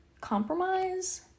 compromise